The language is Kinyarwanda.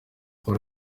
buri